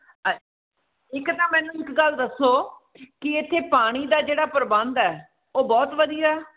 ਅੱ ਇੱਕ ਤਾਂ ਮੈਨੂੰ ਇੱਕ ਗੱਲ ਦੱਸੋ ਕਿ ਇੱਥੇ ਪਾਣੀ ਦਾ ਜਿਹੜਾ ਪ੍ਰਬੰਧ ਹੈ ਉਹ ਬਹੁਤ ਵਧੀਆ